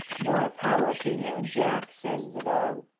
more power to you, jack, says the dog.